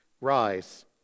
rise